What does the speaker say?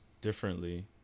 differently